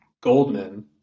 Goldman